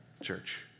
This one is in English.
church